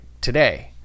today